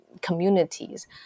communities